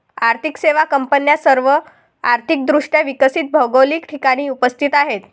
आर्थिक सेवा कंपन्या सर्व आर्थिक दृष्ट्या विकसित भौगोलिक ठिकाणी उपस्थित आहेत